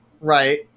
Right